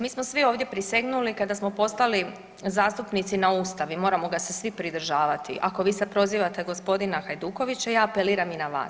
Mi smo svi ovdje prisegnuli kada smo postali zastupnici na Ustav i moramo ga se svi pridržavate, ako vi sad prozivate gospodina Hajdukovića ja apeliram i na vas.